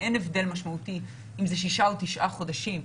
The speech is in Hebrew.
ואין הבדל משמעותי אם זה שישה או תשעה חודשים,